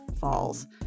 falls